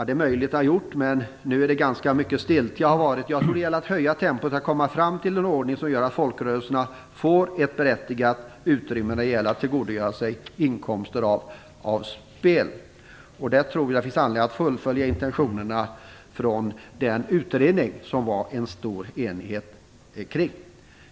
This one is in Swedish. Det är möjligt att det har gjort det, men nu har det varit stiltje. Jag tror att det gäller att höja tempot för att komma fram till en ordning som gör att folkrörelserna får ett berättigat utrymme när det gäller att tillgodogöra sig inkomster av spel. Jag tror att det finns anledning att fullfölja intentionerna från den utredning som det rådde stor enighet kring.